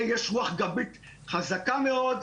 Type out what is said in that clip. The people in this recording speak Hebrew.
יש רוח גבית חזקה מאוד.